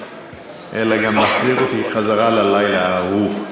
אלא גם להחזיר אותי ללילה ההוא,